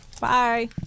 Bye